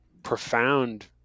profound